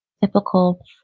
typical